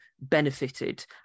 benefited